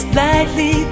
lightly